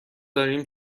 داریم